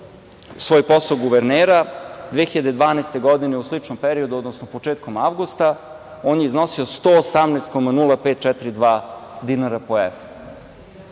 svoj posao guvernera, 2012. godine, u sličnom periodu, odnosno početkom avgusta, on je iznosio 118,0542 dinara po evru.